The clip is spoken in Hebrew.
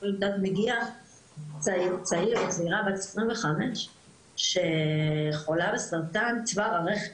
את מגיעה צעירה בת 25 שחולה בסרטן צוואר הרחם,